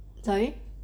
sorry